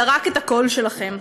אלא רק את הקול שלכם.